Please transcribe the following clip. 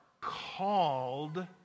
called